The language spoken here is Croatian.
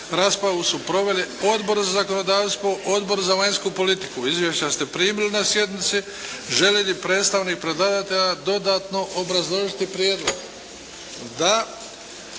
Raspravu su proveli Odbor za zakonodavstvo, Odbor za vanjsku politiku. Izvješća ste primili na sjednici. Želi li predstavnik predlagatelja dodatno obrazložiti prijedlog?